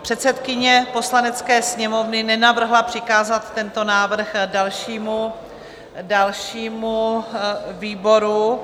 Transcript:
Předsedkyně Poslanecké sněmovny nenavrhla přikázat tento návrh dalšímu výboru.